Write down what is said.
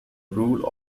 rule